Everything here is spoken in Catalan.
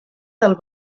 del